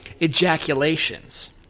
ejaculations